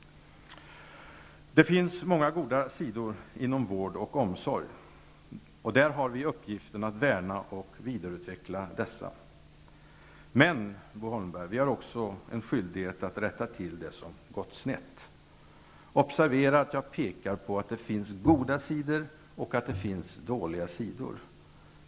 Det finns många goda sidor inom vård och omsorg, och vi har till uppgift att värna och vidareutveckla dessa. Men, Bo Holmberg, vi har också en skyldighet att rätta till det som gått snett. Observera att jag pekar på att det finns goda sidor och att det finns dåliga sidor.